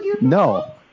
No